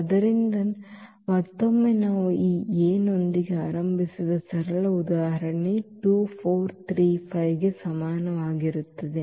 ಆದ್ದರಿಂದ ಮತ್ತೊಮ್ಮೆ ನಾವು ಈ A ಯೊಂದಿಗೆ ಆರಂಭಿಸಿದ ಸರಳ ಉದಾಹರಣೆಯು ಗೆ ಸಮಾನವಾಗಿರುತ್ತದೆ